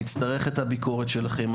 נצטרך את הביקורת שלכם.